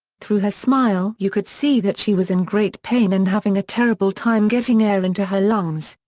through her smile you could see that she was in great pain and having a terrible time getting air into her lungs.